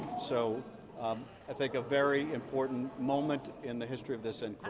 so i think a very important moment in the history of this and